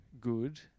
good